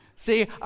See